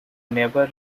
never